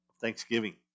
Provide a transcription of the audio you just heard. Thanksgiving